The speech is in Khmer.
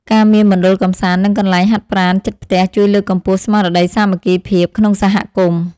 ការមានមណ្ឌលកម្សាន្តនិងកន្លែងហាត់ប្រាណជិតផ្ទះជួយលើកកម្ពស់ស្មារតីសាមគ្គីភាពក្នុងសហគមន៍។